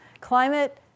Climate